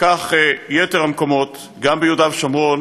וכך יתר המקומות, גם ביהודה ושומרון